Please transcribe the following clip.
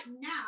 now